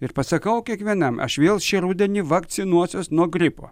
ir pasakau kiekvienam aš vėl šį rudenį vakcinuosiuos nuo gripo